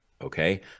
Okay